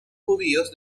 judíos